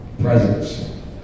presence